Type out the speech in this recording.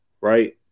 right